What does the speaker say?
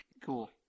Cool